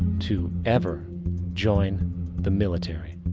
to ever join the military.